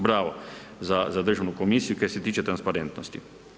Bravo za Državnu komisiju kaj se tiče transparentnosti.